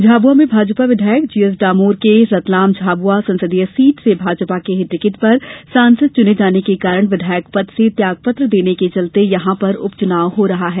झाबुआ में भाजपा विधायक जीएस डामोर के रतलाम झाबुआ संसदीय सीट से भाजपा के ही टिकट पर सांसद चुने जाने के कारण विधायक पद से त्यागपत्र देने के चलते यहां पर उपचुनाव हो रहा है